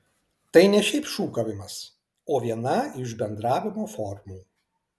tai ne šiaip šūkavimas o viena iš bendravimo formų